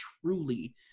truly